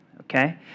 Okay